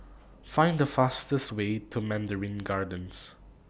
Find The fastest Way to Mandarin Gardens